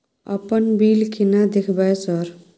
अपन बिल केना देखबय सर?